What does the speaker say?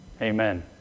Amen